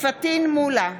פטין מולא,